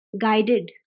guided